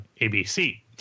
ABC